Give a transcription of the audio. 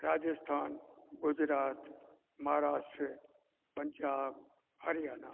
Rajasthan Gujarat Maharashtra Punjab Haryana